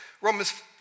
Romans